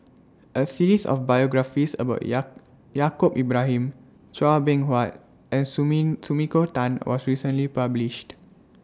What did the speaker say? A series of biographies about Yaacob Ibrahim Chua Beng Huat and Sumiko Tan was recently published